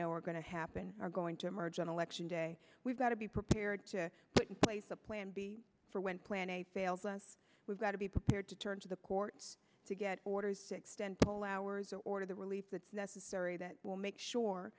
know are going to happen are going to emerge on election day we've got to be prepared to put in place a plan b for when plan a fails us we've got to be prepared to turn to the courts to get orders to extend poll hours or to the relief that's necessary that will make sure